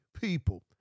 people